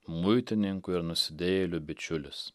muitininkų ir nusidėjėlių bičiulis